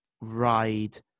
ride